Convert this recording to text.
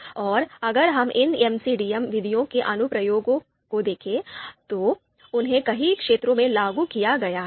और अगर हम इन एमसीडीए विधियों के अनुप्रयोगों को देखें तो उन्हें कई क्षेत्रों में लागू किया गया है